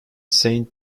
saint